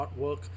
artwork